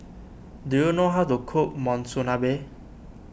do you know how to cook Monsunabe